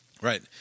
Right